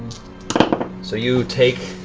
so you take